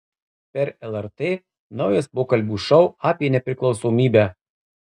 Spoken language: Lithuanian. per lrt naujas pokalbių šou apie nepriklausomybę